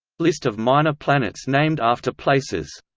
list of minor planets named after places